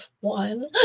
One